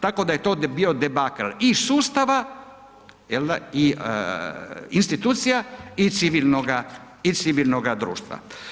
Tako da je to bio debakl i sustava jel da i institucija i civilnoga društva.